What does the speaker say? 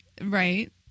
Right